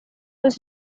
was